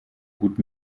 gut